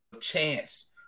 Chance